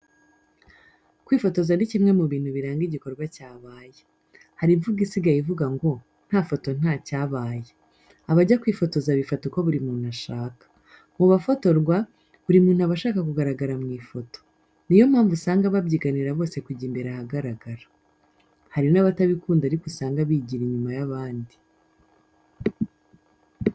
Kwifotoza ni kimwe mu bintu biranga igikorwa cyabaye. Hari imvugo isigaye ivuga ngo: "Nta foto, nta cyabaye. "Abajya kwifotoza bifata uko buri muntu ashaka. Mu bafatorwa, buri muntu aba ashaka kugaragara mu ifoto. Ni yo mpamvu usanga babyiganira bose kujya imbere ahagaragara. Hari n'abatabikunda ariko usanga bigira inyuma y'abandi.